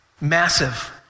massive